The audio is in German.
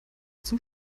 zum